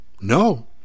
no